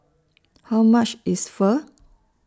How much IS Pho